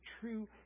true